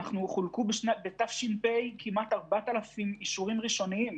חולקו בשנת תש"ף כמעט 4,000 אישורים ראשוניים.